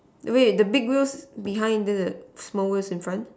wait the big wheels behind then the small wheels in front